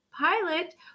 Pilot